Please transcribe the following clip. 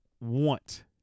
want